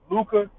Luca